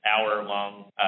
hour-long